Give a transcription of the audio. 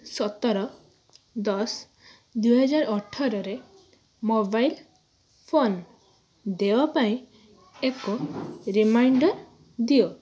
ସତର ଦଶ ଦୁଇହଜାର ଅଠରରେ ମୋବାଇଲ ଫୋନ୍ ଦେୟ ପାଇଁ ଏକ ରିମାଇଣ୍ଡର୍ ଦିଅ